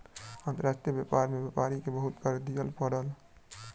अंतर्राष्ट्रीय व्यापार में व्यापारी के बहुत कर दिअ पड़ल